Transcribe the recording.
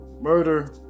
murder